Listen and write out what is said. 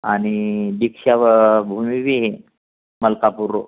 आणि दीक्षा भूमी बी है मलकापूरो